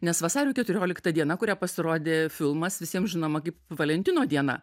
nes vasario keturioliktą dieną kurią pasirodė filmas visiems žinoma kaip valentino diena